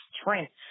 strength